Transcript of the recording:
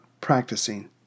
practicing